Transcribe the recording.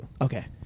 Okay